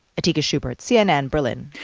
atika shubert, cnn, berlin.